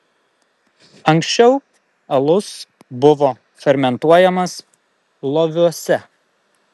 anksčiau alus buvo fermentuojamas loviuose